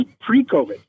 pre-COVID